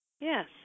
Yes